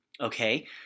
Okay